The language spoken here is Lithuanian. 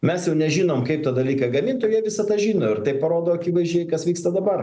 mes jau nežinom kaip tą dalyką gamint o jie visą tą žino ir tai parodo akivaizdžiai kas vyksta dabar